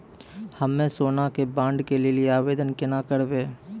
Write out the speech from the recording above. हम्मे सोना के बॉन्ड के लेली आवेदन केना करबै?